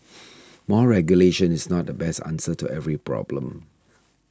more regulation is not the best answer to every problem